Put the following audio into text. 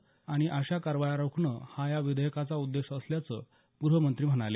या आणि अशा कारवाया रोखणं हा या विधेयकाचा उद्देश असल्याचं ग्रहमंत्री म्हणाले